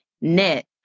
net